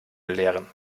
belehren